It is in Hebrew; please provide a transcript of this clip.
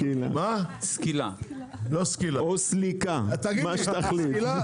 או סליקה, מה שתחליט.